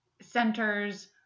centers